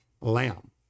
Lamb